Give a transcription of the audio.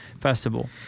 Festival